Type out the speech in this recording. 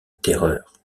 terreur